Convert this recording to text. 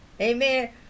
Amen